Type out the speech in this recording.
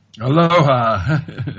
Aloha